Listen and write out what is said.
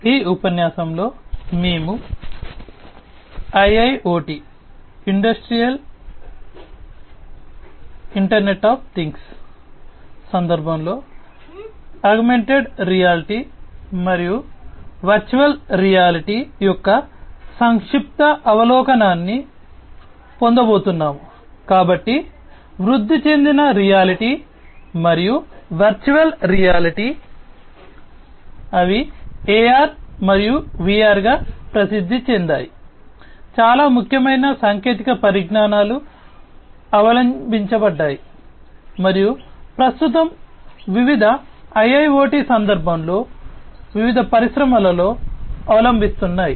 ఈ ఉపన్యాసంలో మేము IIoT సందర్భంలో ఆగ్మెంటెడ్ రియాలిటీ మరియు ప్రస్తుతం వివిధ IIoT సందర్భంలో వివిధ పరిశ్రమలలో అవలంబిస్తున్నాయి